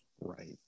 Right